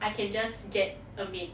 I can just get a maid